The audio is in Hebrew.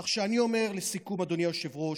כך שאני אומר לסיכום, אדוני היושב-ראש,